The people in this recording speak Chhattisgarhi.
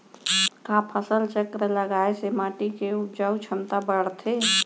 का फसल चक्र लगाय से माटी के उपजाऊ क्षमता बढ़थे?